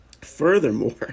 Furthermore